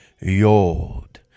Yod